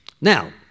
Now